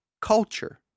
culture